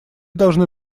должны